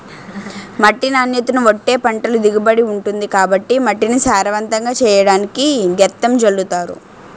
మట్టి నాణ్యతను బట్టే పంటల దిగుబడి ఉంటుంది కాబట్టి మట్టిని సారవంతంగా చెయ్యడానికి గెత్తం జల్లుతారు